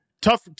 tough